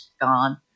gone